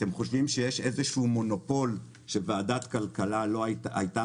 אתם חושבים שיש איזשהו מונופול שוועדת הכלכלה הייתה